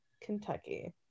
kentucky